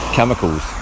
Chemicals